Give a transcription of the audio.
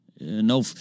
No